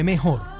Mejor